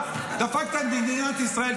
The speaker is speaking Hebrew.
דפקת את מדינת ישראל.